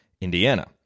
Indiana